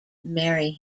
marry